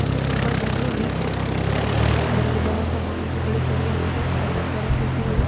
ಮತ್ತು ತುಂಬ ಜನರು ವೀಕ್ಷಿಸ್ತಾ ಕೂಡ ಇದ್ದಾರೆ ಅದರಲ್ಲಿ ಬರುವಂಥ ಮಾಹಿತಿಗಳು ಸರಿಯಾಗಿದೆ ಅದ್ರಲ್ಲಿ ಬರೋ ಸುದ್ದಿಗಳು